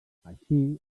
així